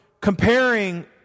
comparing